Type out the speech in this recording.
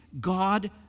God